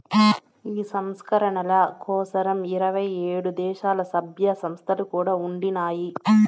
ఈ సంస్కరణల కోసరం ఇరవై ఏడు దేశాల్ల, సభ్య సంస్థలు కూడా ఉండినాయి